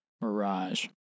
Mirage